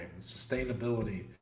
sustainability